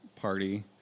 Party